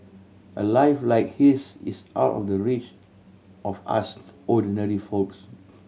a life like his is out of the reach of us ordinary folks